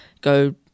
go